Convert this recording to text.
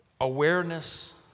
awareness